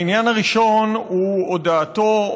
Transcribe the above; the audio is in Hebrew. העניין הראשון הוא הודעתו,